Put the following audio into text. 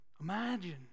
imagine